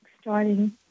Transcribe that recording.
starting